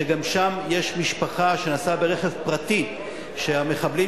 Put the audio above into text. ששם משפחה נסעה ברכב פרטי והמחבלים